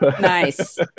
nice